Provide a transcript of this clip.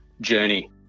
journey